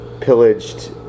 pillaged